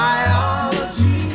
Biology